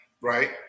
right